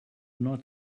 not